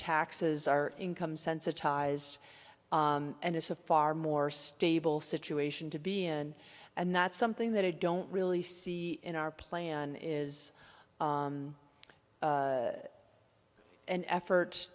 taxes are income sensitised and it's a far more stable situation to be in and that's something that i don't really see in our plan is an effort